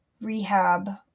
rehab